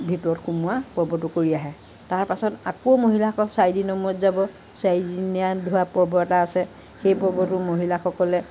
ভিতৰত সোমোৱা পৰ্বটো কৰি আহে তাৰপাছত আকৌ মহিলাসকল চাৰিদিনৰ মূৰত যাব চাৰিদিনীয়া ধোৱা পৰ্ব এটা আছে সেই পৰ্বটো মহিলাসকলে